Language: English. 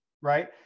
right